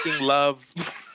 love